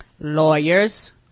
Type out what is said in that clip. lawyers